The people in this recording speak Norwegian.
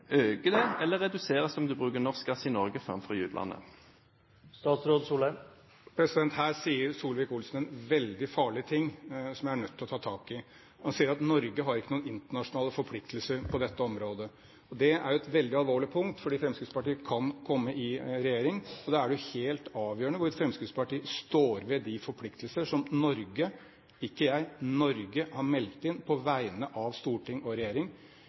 eller reduseres de om man bruker norsk gass i Norge framfor i utlandet? Her sier Solvik-Olsen en veldig farlig ting som jeg er nødt til å ta tak i. Han sier at Norge ikke har noen internasjonale forpliktelser på dette området. Det er et veldig alvorlig punkt fordi Fremskrittspartiet kan komme i regjering. Da er det helt avgjørende hvorvidt Fremskrittspartiet står ved de forpliktelsene som Norge – ikke jeg, men Norge – har meldt inn på vegne av storting og regjering.